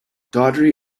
daughtry